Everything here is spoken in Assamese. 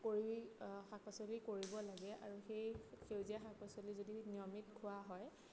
কৰি শাক পাচলি কৰিব লাগে আৰু সেই সেউজীয়া শাক পাচলি যদি নিয়মিত খোৱা হয়